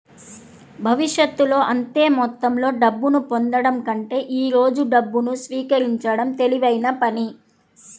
భవిష్యత్తులో అంతే మొత్తంలో డబ్బును పొందడం కంటే ఈ రోజు డబ్బును స్వీకరించడం తెలివైన పని